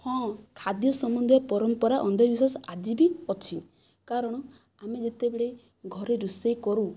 ହଁ ଖାଦ୍ୟ ସମ୍ଵନ୍ଧୀୟ ପରମ୍ପରା ଅନ୍ଧବିଶ୍ୱାସ ଆଜି ବି ଅଛି କାରଣ ଆମେ ଯେତେବେଳେ ଘରେ ରୋଷେଇ କରୁ